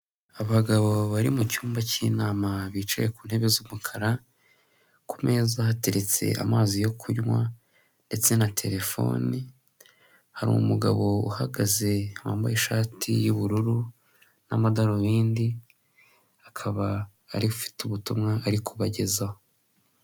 Abagabo bari mu cyumba cy'inama bicaye ku ntebe z'umukara, ku meza hateretse amazi yo kunywa ndetse na terefoni, hari umugabo uhagaze wambaye ishati y'ubururu n'amadarubindi, akaba ari we ufite ubutumwa ari kubagezaho.